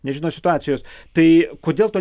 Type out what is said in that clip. nežino situacijos tai kodėl to